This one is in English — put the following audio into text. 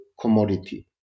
commodity